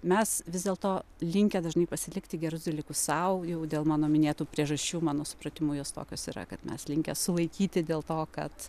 mes vis dėl to linkę dažnai pasilikti gerus dalykus sau jau dėl mano minėtų priežasčių mano supratimu jos tokios yra kad mes linkę sulaikyti dėl to kad